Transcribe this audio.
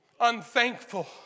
Unthankful